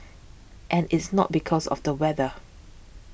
and it's not because of the weather